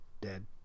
dead